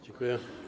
Dziękuję.